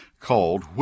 called